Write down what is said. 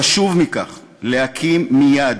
חשוב מכך, להקים מייד